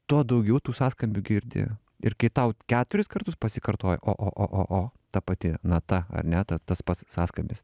tuo daugiau tų sąskambių girdi ir kai tau keturis kartus pasikartoja o o o o o ta pati nata ar ne ta tas pats sąskambis